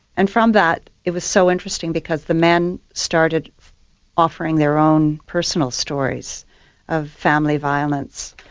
and from that it was so interesting because the men started offering their own personal stories of family violence.